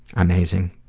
amazing.